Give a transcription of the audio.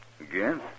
Again